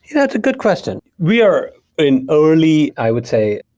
that's a good question. we're an early, i would say,